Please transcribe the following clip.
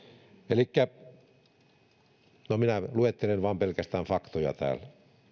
no minä luettelen vain pelkästään faktoja täällä